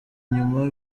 nyuma